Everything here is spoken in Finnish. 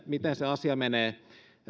miten se asia menee